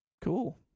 Cool